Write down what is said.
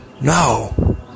No